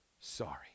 sorry